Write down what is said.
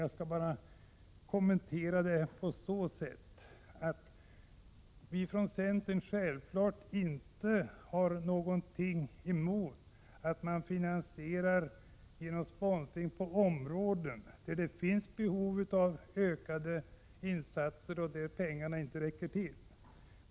Jag skall kommentera det bara på så sätt att jag säger att vi från centern självfallet inte har någonting emot att man genom sponsring finansierar verksamhet på områden där det finns behov av ökade insatser och där pengarna inte räcker till.